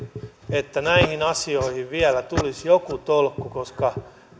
että näihin asioihin vielä tulisi joku tolkku koska